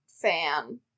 fan